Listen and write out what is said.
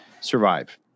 survive